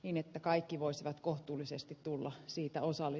in että kaikki voisivat kohtuullisesti tulla siitä osa oli